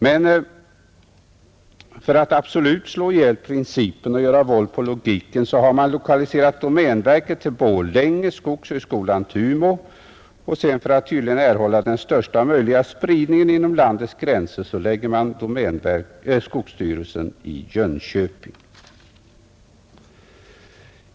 Men för att absolut slå ihjäl principen och göra våld på logiken har man lokaliserat domänverket till Borlänge, skogshögskolan till Umeå och — för att tydligen erhålla största möjliga spridning inom landet — skogsstyrelsen till Jönköping.